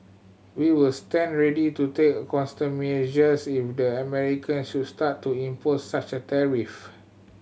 we were stand ready to take countermeasures if the Americans should start to impose such a tariff